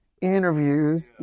interviews